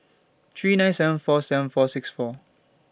three nine seven four seven four six four